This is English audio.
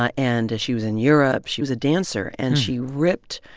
ah and she was in europe. she was a dancer. and she ripped,